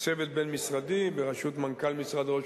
צוות בין-משרדי בראשות מנכ"ל משרד ראש